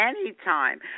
anytime